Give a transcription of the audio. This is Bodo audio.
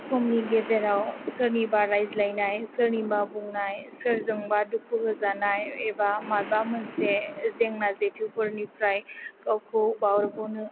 समनि गेजेराव सोरनिबा रायज्लायनाय सोरनिबा बुंनाय सोरजोंबा दुखु होजानाय एबा माबा मोनसे जेंना जेथोफोरनिफ्राय गावखौ बारग'नो